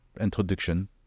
introduction